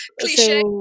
cliche